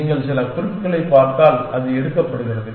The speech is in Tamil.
நீங்கள் சில குறிப்புகளைப் பார்த்தால் அது எடுக்கப்படுகிறது